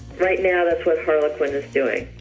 right now that's what harlequin is doing.